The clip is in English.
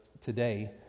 today